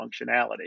functionality